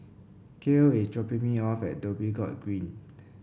Kael is dropping me off at Dhoby Ghaut Green